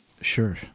Sure